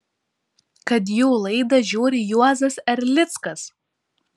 kad jų laidą žiūri juozas erlickas